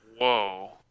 Whoa